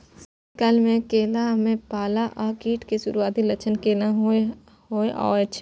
शीत काल में केला में पाला आ कीट के सुरूआती लक्षण केना हौय छै?